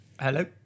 Hello